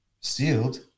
sealed